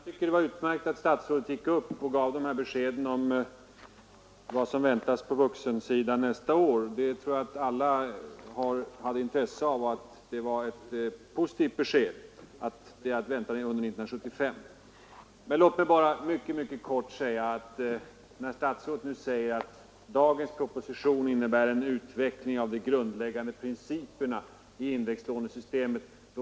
Herr talman! Jag tycker att det var utmärkt att statsrådet gav de här beskeden om vad som kan väntas på vuxenutbildningsområdet nästa år. Det var ett för oss alla intressant och positivt besked om vad vi har att emotse under 1975. Men jag vill mycket kort säga att jag inte kan hålla med statsrådet när han påstår att propositionen innebär en utveckling av de grundläggande principerna i indexlånesystemet.